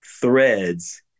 threads